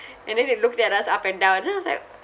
and then they looked at us up and down and then I was like